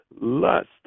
Lust